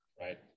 Right